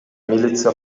милиция